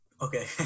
okay